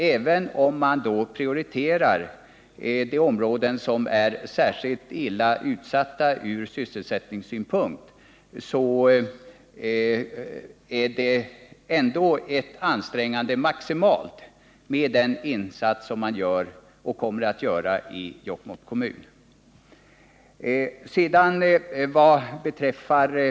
Även om man då prioriterar de områden som är särskilt illa utsatta ur sysselsättningssynpunkt, är ändå den insats man gör och kommer att göra i Jokkmokks kommun en maximal ansträngning.